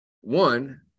one